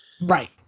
Right